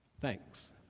Thanks